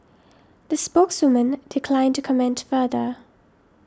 the spokeswoman declined to comment further